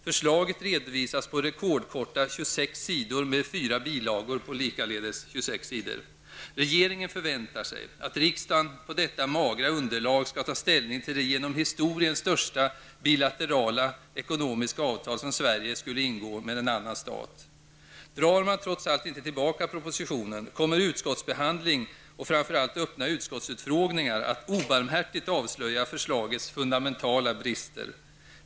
Förslaget redovisas på rekordkorta 26 Regeringen förväntar sig att riksdagen på detta magra underlag skall ta ställning till det genom historien största bilaterala ekonomiska avtal som Sverige skulle ingå med en annan stat. Drar man trots allt inte tillbaka propositionen kommer utskottsbehandling, och framför allt öppna utskottsutfrågningar, att obarmhärtigt avslöja förslagets fundamentala brister.